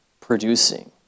producing